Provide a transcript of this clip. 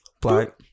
black